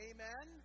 Amen